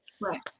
Right